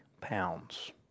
pounds